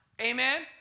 Amen